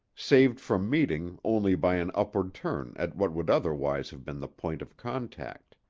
saved from meeting only by an upward turn at what would otherwise have been the point of contact.